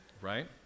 right